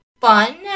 fun